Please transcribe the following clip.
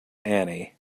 annie